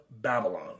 Babylon